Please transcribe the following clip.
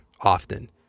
often